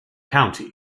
county